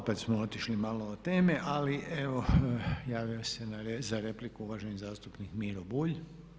Opet smo otišli malo od teme, ali evo javio se za repliku uvaženi zastupnik Miro Bulj.